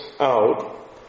out